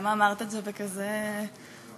למה אמרת את זה בכזאת אנחה?